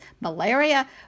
malaria